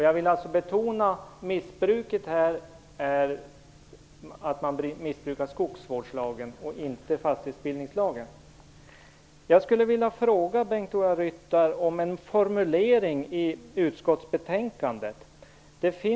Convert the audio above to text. Jag vill betona att det är skogsvårdslagen, inte fastighetsbildningslagen, som missbrukas. Jag skulle vilja fråga Bengt-Ola Ryttar om en formulering i utskottsbetänkandet.